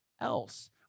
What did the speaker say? else